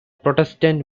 protestant